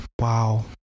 wow